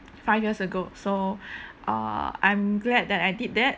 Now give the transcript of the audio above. five years ago so err I'm glad that I did that